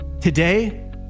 Today